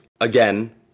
again